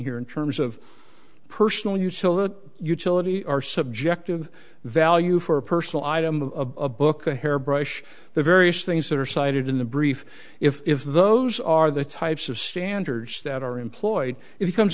here in terms of personal utility utility our subjective value for personal item of a book a hairbrush the various things that are cited in the brief if those are the types of standards that are employed it becomes